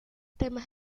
temas